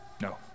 No